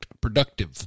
productive